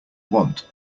want